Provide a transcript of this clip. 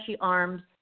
arms